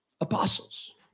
apostles